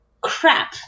crap